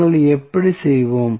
நாங்கள் எப்படி செய்வோம்